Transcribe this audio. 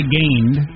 gained